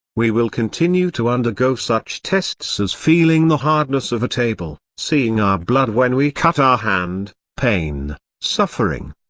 we will continue to undergo such tests as feeling the hardness of a table, seeing our blood when we cut our hand, pain, suffering,